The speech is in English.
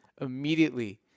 immediately